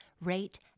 rate